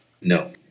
No